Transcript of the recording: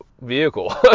vehicle